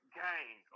gang